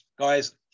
guys